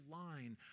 line